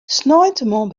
sneintemoarn